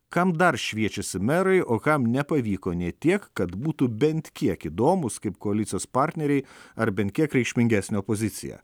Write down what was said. kam dar šviečiasi merai o kam nepavyko ne tiek kad būtų bent kiek įdomūs kaip koalicijos partneriai ar bent kiek reikšmingesnė opozicija